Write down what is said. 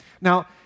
Now